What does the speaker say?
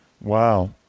Wow